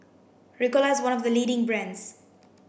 Ricola is one of the leading brands